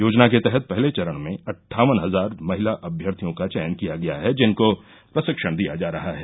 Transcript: योजना के तहत पहले चरण में अट्ठावन हजार महिला अम्यर्थियों का चयन किया गया है जिनको प्रशिक्षण दिया जा रहा है